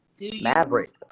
Maverick